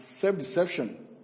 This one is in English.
self-deception